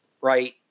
right